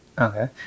okay